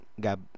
Gab